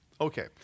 Okay